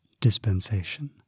dispensation